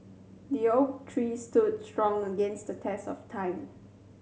the oak tree stood strong against the test of time